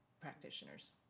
Practitioners